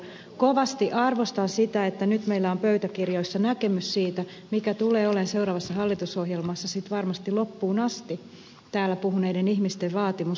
kovasti arvostan sitä että nyt meillä on pöytäkirjoissa näkemys siitä mikä tulee olemaan seuraavassa hallitusohjelmassa varmasti sitten loppuun asti täällä puhuneiden ihmisten vaatimus hallitusohjelmaan